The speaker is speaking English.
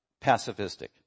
pacifistic